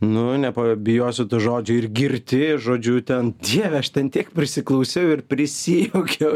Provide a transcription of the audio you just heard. nu nepabijosiu to žodžio ir girti žodžiu ten dieve aš ten tiek prisiklausiau ir prisijuokiau